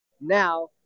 Now